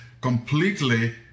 completely